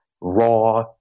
raw